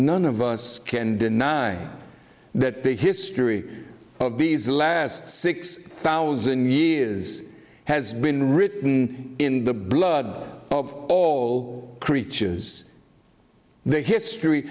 none of us can deny that the history of these last six thousand years has been written in the blood of all creatures the history